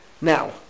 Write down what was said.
Now